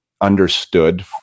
understood